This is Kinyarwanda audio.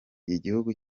igihugu